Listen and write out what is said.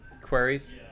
queries